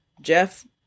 Jeff